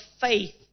faith